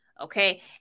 okay